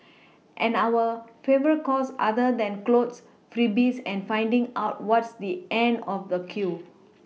and our favourite cause other than clothes freebies and finding out what's the end of the queue